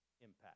impact